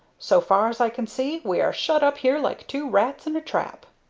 so far as i can see, we are shut up here like two rats in a trap.